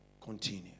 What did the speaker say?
continue